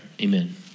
amen